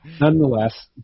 nonetheless